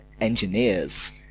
engineers